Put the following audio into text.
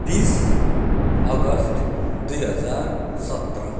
बिस अगस्त दुई हजार सत्र